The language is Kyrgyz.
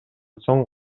соң